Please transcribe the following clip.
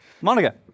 Monica